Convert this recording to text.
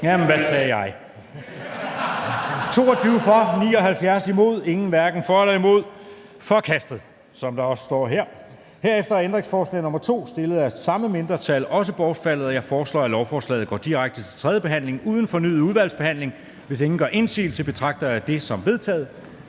(UFG) og Mike Villa Fonseca (UFG), hverken for eller imod stemte 0. Ændringsforslaget er forkastet. Herefter er ændringsforslag nr. 2, stillet af samme mindretal, bortfaldet. Jeg foreslår, at lovforslaget går direkte til tredje behandling uden fornyet udvalgsbehandling. Hvis ingen gør indsigelse, betragter jeg det som vedtaget.